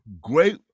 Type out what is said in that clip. great